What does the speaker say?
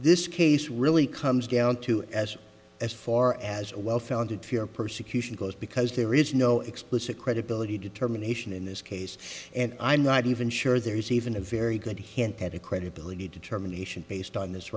this case really comes down to as as far as a well founded fear of persecution goes because there is no explicit credibility determination in this case and i'm not even sure there is even a very good hint at a credibility determination based on this